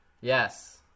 Yes